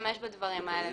להשתמש בדברים האלה.